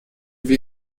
wir